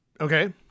Okay